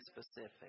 specific